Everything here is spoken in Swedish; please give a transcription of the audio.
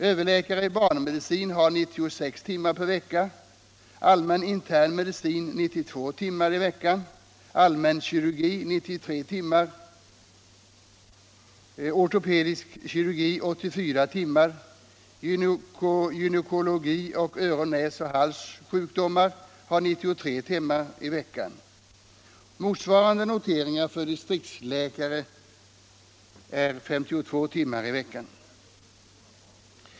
Överläkare i barnmedicin har 96 timmar per vecka, allmän internmedicin 92 timmar per vecka, allmänkirurgi 93 timmar per vecka, ortopedisk kirurgi 84 timmar per vecka, gynekologioch öronnäsoch halssjukdomar 93 timmar per vecka. Motsvarande noteringar för distriktsläkare är 52 timmar per vecka.